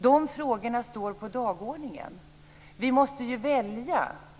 De frågorna står på dagordningen. Vi måste ju välja.